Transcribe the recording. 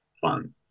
fun